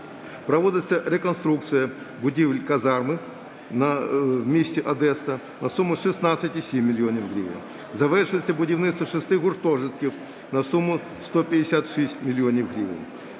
Проводиться реконструкція будівель казарми в місті Одеса на суму 16,7 мільйона гривень. Завершується будівництво шести гуртожитків на суму 156 мільйонів